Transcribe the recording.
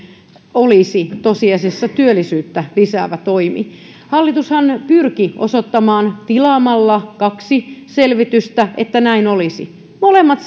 olisi tosiasiassa työllisyyttä lisäävä toimi hallitushan pyrki osoittamaan tilaamalla kaksi selvitystä että näin olisi molemmat